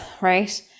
right